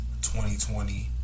2020